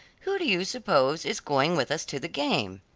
who do you suppose is going with us to the game?